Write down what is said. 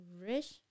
rich